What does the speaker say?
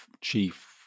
Chief